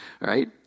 right